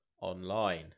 online